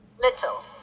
Little